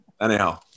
anyhow